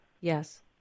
Yes